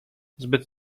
zbyt